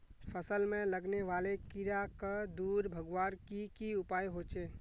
फसल में लगने वाले कीड़ा क दूर भगवार की की उपाय होचे?